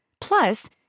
Plus